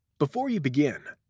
before you begin,